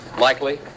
Likely